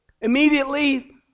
Immediately